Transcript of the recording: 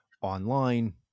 online